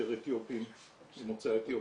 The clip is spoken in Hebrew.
יותר ממוצא אתיופי.